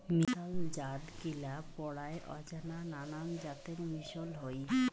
মিশাল জাতগিলা পরায় অজানা নানান জাতের মিশল হই